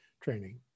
training